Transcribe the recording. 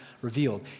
revealed